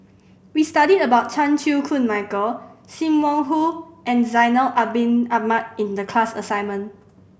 we studied about Chan Chew Koon Michael Sim Wong Hoo and Zainal Abidin Ahmad in the class assignment